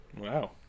Wow